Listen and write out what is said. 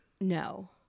No